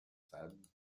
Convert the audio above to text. said